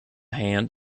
hand